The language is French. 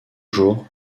jour